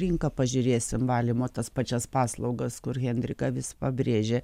rinką pažiūrėsim valymo tas pačias paslaugas kur henrika vis pabrėžia